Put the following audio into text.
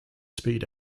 speed